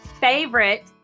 favorite